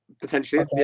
potentially